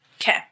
Okay